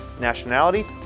nationality